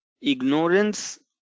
ignorance